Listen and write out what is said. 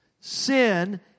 Sin